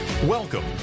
Welcome